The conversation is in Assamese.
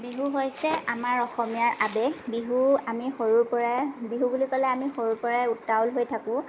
বিহু হৈছে আমাৰ অসমীয়াৰ আৱেগ বিহু আমি সৰুৰ পৰাই বিহু বুলি ক'লে আমি সৰুৰ পৰাই উত্তাৱল হৈ থাকোঁ